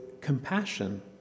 compassion